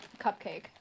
cupcake